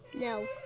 No